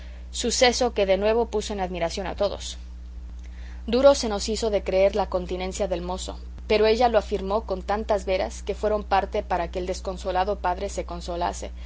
suceso que de nuevo puso en admiración a todos duro se nos hizo de creer la continencia del mozo pero ella lo afirmó con tantas veras que fueron parte para que el desconsolado padre se